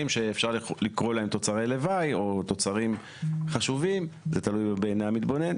שאפשר לקרוא להם תוצרי לוואי או תוצרים חשובים תלוי בעיני המתבונן